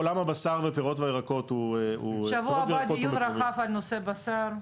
עולם הבשר והפירות והירקות הוא --- בשבוע הבא דיון רחב על נושא בשר,